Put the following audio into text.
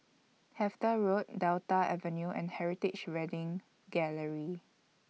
Hertford Road Delta Avenue and Heritage Wedding Gallery